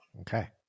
Okay